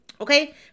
Okay